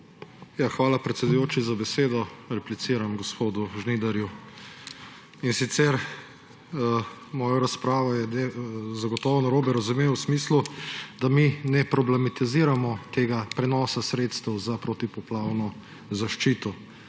Hvala, predsedujoči, za besedo. Repliciram gospodu Žnidarju, in sicer mojo razpravo je zagotovo narobe razumel v smislu, da mi problematiziramo ta prenos sredstev za protipoplavno zaščito.